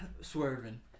swerving